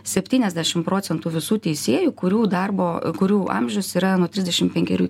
septyniasdešim procentų visų teisėjų kurių darbo kurių amžius yra nuo trisdešim penkerių